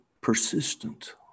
persistent